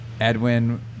Edwin